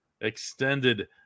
Extended